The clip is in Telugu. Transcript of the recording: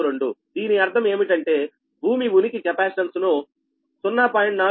0042 దీని అర్థం ఏమిటంటే భూమి ఉనికి కెపాసిటెన్స్ను 0